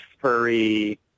furry